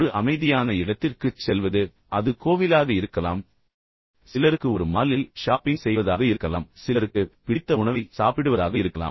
ஒரு அமைதியான இடத்திற்குச் செல்வது அது நீங்கள் தியானம் செய்யக்கூடிய கோயில் அல்லது இடமாக இருக்கலாம் சிலருக்கு அது ஒரு மாலில் ஷாப்பிங் செய்வதாக கூட இருக்கலாம் இன்னும் சிலருக்கு அது அவர்களுக்கு பிடித்த உணவை சாப்பிடுவதாக இருக்கலாம்